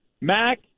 mac